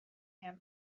him